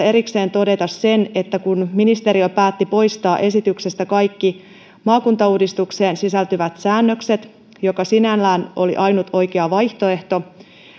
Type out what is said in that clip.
erikseen todeta sen että kun ministeriö päätti poistaa esityksestä kaikki maakuntauudistukseen sisältyvät säännökset mikä sinällään oli ainut oikea vaihtoehto niin